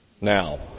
Now